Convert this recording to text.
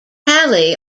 kali